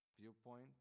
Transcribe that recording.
viewpoint